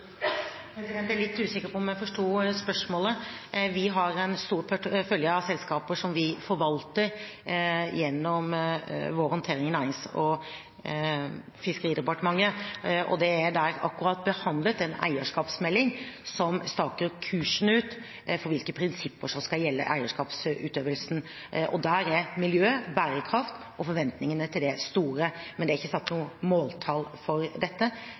Jeg er litt usikker på om jeg forsto spørsmålet. Vi har en stor portefølje av selskaper som vi forvalter gjennom vår håndtering i Nærings- og fiskeridepartementet, og der er det akkurat behandlet en eierskapsmelding som staker ut kursen for hvilke prinsipper som skal gjelde for eierskapsutøvelsen. Der er forventningene til miljø og bærekraft store, men det er ikke satt noen måltall for dette.